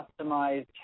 customized